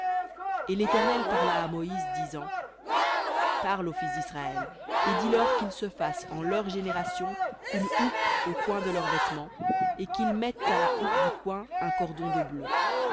et l'éternel parla à moïse disant parle aux fils d'israël et dis-leur qu'ils se fassent en leurs générations une houppe aux coins de leurs vêtements et qu'ils mettent à la houppe du coin un cordon de bleu